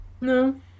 No